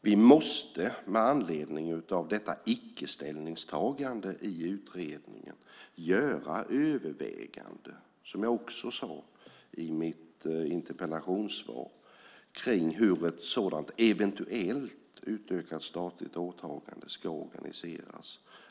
Vi måste med anledning av detta icke-ställningstagande i utredningen göra överväganden, som jag också sade i mitt interpellationssvar, kring hur ett sådant eventuellt utökat statligt åtagande ska organiseras.